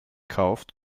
kauft